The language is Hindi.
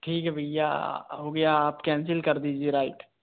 ठीक है भैया हो गया आप कैंसिल कर दीजिए राइट